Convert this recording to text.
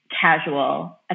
casual